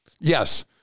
Yes